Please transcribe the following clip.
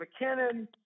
McKinnon